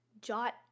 jot